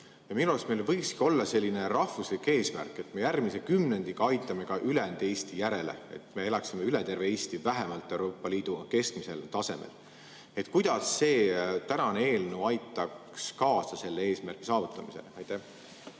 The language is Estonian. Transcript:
Minu arust meil võikski olla selline rahvuslik eesmärk, et me järgmise kümnendiga aitame ka ülejäänud Eesti järele, nii et elaksime üle terve Eesti vähemalt Euroopa Liidu keskmisel tasemel. Kuidas see eelnõu aitaks kaasa selle eesmärgi saavutamisele? Aitäh,